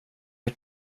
ert